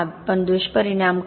पण दुष्परिणाम काय